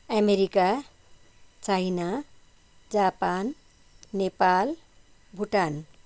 America China Japan Nepal Bhutan